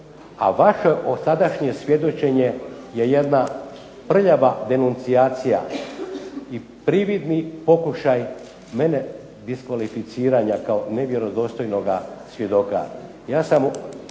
A vaša sadašnje svjedočenje je jedna prljava demacijacija i prividni pokušaj mene diskvalificiranja kao nevjerodostojnoga svjedoka.